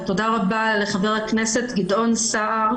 ותודה רבה לחה"כ גדעון סער,